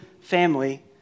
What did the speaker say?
family